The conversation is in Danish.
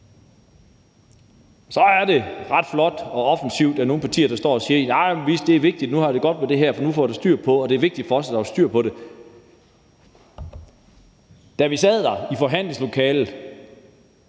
Så er det ret flot og offensivt, at nogle partier står og siger: Jamen det er vigtigt, og nu er det godt, vi får det her, for nu får vi styr på det, og det er vigtigt for os, at der kommer styr på det. Da vi sad der i forhandlingslokalet,